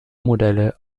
modelle